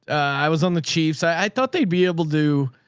i was on the chiefs. i thought they'd be able to,